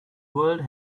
world